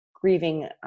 grieving